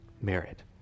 merit